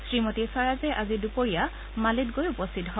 শ্ৰীমতী স্বৰাজে আজি দুপৰীয়ে মালেক গৈ উপস্থিত হয়